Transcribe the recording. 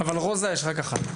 אבל רוזה יש רק אחת.